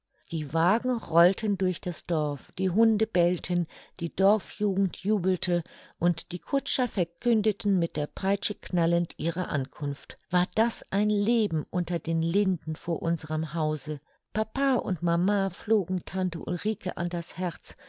die wagen rollten durch das dorf die hunde bellten die dorfjugend jubelte und die kutscher verkündeten mit der peitsche knallend ihre ankunft war das ein leben unter den linden vor unserem hause papa und mama flogen tante ulrike an das herz